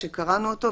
שקראנו אותו,